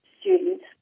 students